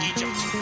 Egypt